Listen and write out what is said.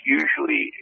usually